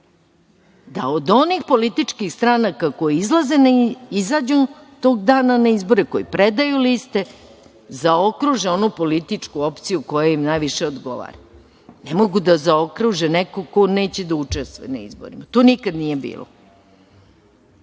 da, od onih političkih stranaka koje izađu tog dana na izbore, koji predaju liste, zaokruže onu političku opciju koja im najviše odgovara. Ne mogu da zaokruže nekog ko neće da učestvuje na izbore. To nikada nije bilo.